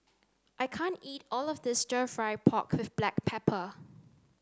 I can't eat all of this stir fry pork with black pepper